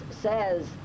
says